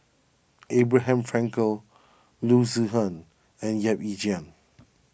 Abraham Frankel Loo Zihan and Yap Ee Chian